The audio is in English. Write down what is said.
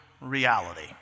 reality